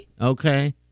Okay